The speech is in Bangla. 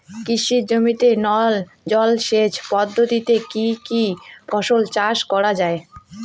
কৃষি জমিতে নল জলসেচ পদ্ধতিতে কী কী ফসল চাষ করা য়ায়?